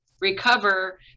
recover